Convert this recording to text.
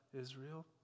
Israel